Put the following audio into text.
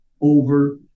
over